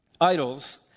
idols